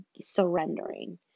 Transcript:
surrendering